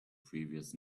previous